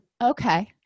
okay